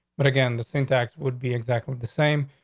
but again, the syntax would be exactly the same.